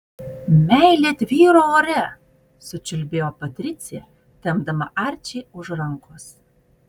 meilė tvyro ore sučiulbėjo patricija tempdama arčį už rankos